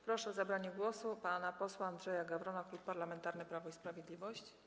Proszę o zabranie głosu pana posła Andrzeja Gawrona, Klub Parlamentarny Prawo i Sprawiedliwość.